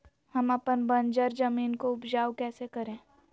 हम अपन बंजर जमीन को उपजाउ कैसे करे?